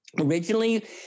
originally